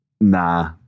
Nah